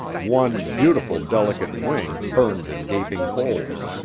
one beautiful, delicate wing burned in gaping holes,